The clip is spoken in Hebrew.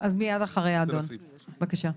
אני אחזור אליך.